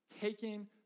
taking